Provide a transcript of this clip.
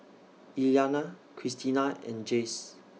Iyana Kristina and Jase